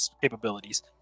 capabilities